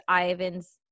Ivan's